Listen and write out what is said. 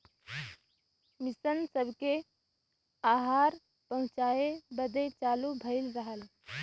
mission सबके आहार पहुचाए बदे चालू भइल रहल